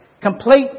complete